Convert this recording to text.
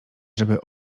żeby